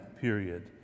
period